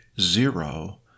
zero